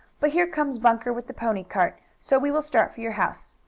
but here comes bunker with the pony cart, so we will start for your house.